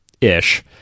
ish